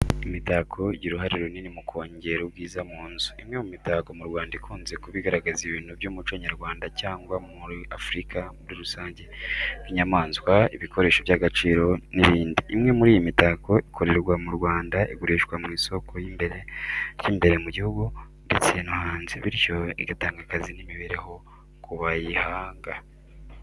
Imitako igira uruhare runini mu kongera ubwiza mu nzu. Imwe mu mitako mu Rwanda ikunze kuba igaragaza ibintu by’umuco nyarwanda cyangwa wa Afurika muri rusange, nk’inyamaswa, ibikoresho by’agaciro, n’ibindi. Imwe muri iyi mitako ikorerwa mu Rwanda igurishwa ku isoko ry’imbere mu gihugu ndetse no hanze, bityo igatanga akazi n’imibereho ku bayihanga.